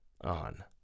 on